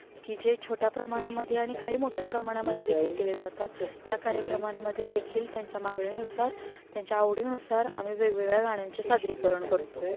की जे छोट्या प्रमाणामध्ये आणि काही मोठ्ठ्या प्रमाणामध्ये देखील केले जातात या कार्यक्रमांमध्ये देखील त्यांच्या मागणीनुसार त्यांच्या आवडीनुसार आम्ही वेगवेगळ्या गाण्यांचे सादरीकरण करतो